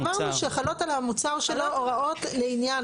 אמרנו שחלות על המוצר שלו הוראות לעניין.